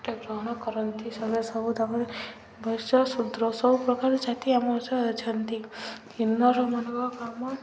ଟେ ଗ୍ରହଣ କରନ୍ତି ସବୁ ତାମ ବୈଶ୍ୟ ଶୂଦ୍ର ସବୁପ୍ରକାର ଜାତି ଆମର ଅଛନ୍ତି କିନରମାନଙ୍କ କାମ